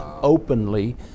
openly